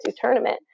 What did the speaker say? tournament